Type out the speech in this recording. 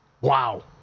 Wow